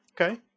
Okay